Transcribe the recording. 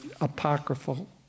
apocryphal